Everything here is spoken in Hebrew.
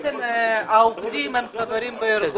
והעובדים חברים בארגון.